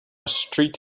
street